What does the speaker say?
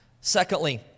Secondly